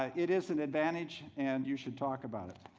ah it is an advantage and you should talk about it.